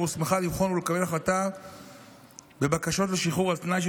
הוסמכה למחול ולקבל החלטה בבקשות לשחרור על תנאי של